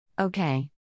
Okay